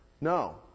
No